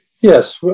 Yes